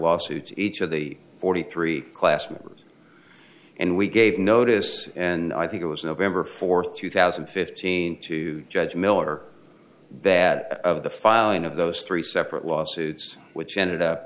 lawsuits each of the forty three class members and we gave notice and i think it was november fourth two thousand and fifteen to judge miller that of the filing of those three separate lawsuits which ended up